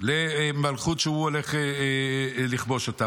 למלכות שהוא הולך לכבוש אותה.